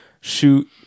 shoot